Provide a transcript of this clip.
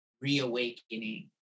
reawakening